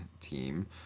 team